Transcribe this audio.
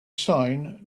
sign